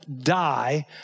die